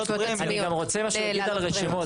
אני גם רוצה משהו להגיד על רשימות.